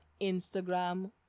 Instagram